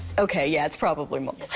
ok, yeah, it's probably mold.